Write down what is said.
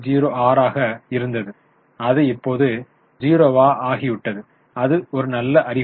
06 ஆக இருந்தது அது இப்போது 0 ஆகிவிட்டது அது நல்ல அறிகுறியா